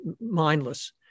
mindless